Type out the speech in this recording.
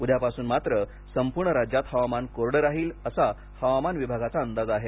उद्यापासून मात्र संपूर्ण राज्यात हवामान कोरडं राहील असा हवामान विभागाचा अंदाज आहे